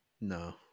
No